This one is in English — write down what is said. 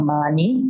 money